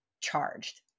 charged